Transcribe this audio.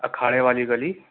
اکھاڑے والی گلی